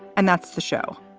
and that's the show.